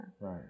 Right